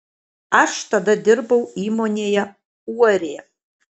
aš tada dirbau įmonėje uorė